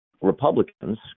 Republicans